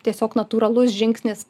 tiesiog natūralus žingsnis